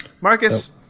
Marcus